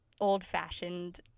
old-fashioned